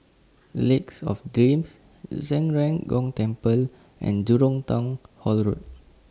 Lake of Dreams Zhen Ren Gong Temple and Jurong Town Hall Road